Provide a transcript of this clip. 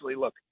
look